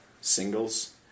singles